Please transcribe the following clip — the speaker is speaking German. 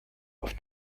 auf